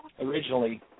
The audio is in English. originally